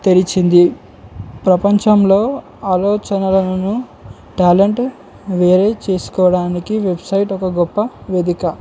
తెరిచింది ప్రపంచంలో ఆలోచనలను ట్యాలెంట్ వేరే చేసుకోవడానికి వెబ్సైట్ ఒక గొప్ప వెదిక